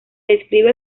describe